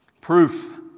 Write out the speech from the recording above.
Proof